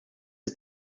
des